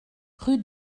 rue